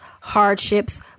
hardships